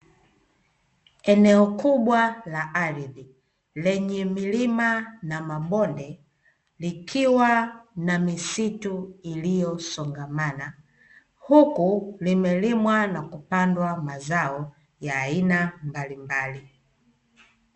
Eneo kubwa la ardhi lenye milima na mabonde likiwa na misitu iliyosongamana, huku nimelimwa na kupandwa mazao ya aina mbalimbali.